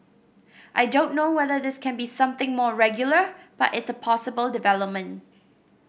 I don't know whether this can be something more regular but it's a possible development